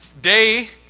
Day